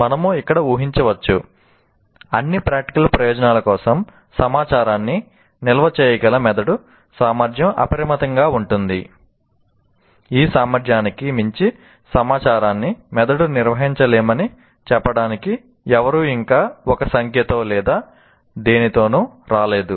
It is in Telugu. మనము ఇక్కడ ఊహించవచ్చు అన్ని ప్రాక్టికల్ ప్రయోజనాల కోసం సమాచారాన్ని నిల్వ చేయగల మెదడు సామర్థ్యం అపరిమితంగా ఉంది ఈ సామర్థ్యానికి మించి సమాచారాన్ని మెదడు నిర్వహించలేమని చెప్పడానికి ఎవరూ ఇంకా ఒక సంఖ్యతో లేదా దేనితోనూ రాలేదు